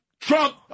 Trump